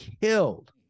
killed